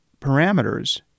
parameters